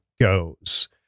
goes